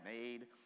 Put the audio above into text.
made